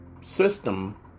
system